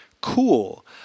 Cool